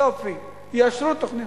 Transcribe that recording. יופי, יאשרו תוכניות,